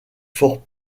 fort